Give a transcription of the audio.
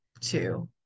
two